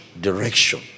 direction